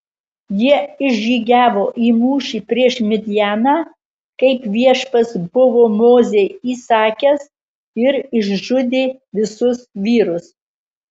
jie išžygiavo į mūšį prieš midjaną kaip viešpats buvo mozei įsakęs ir išžudė visus vyrus